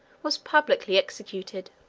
was publicly executed.